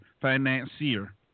financier